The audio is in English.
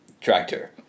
Tractor